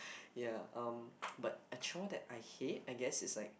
ya um but a chore that I hate I guess it's like